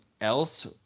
else